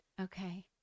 Okay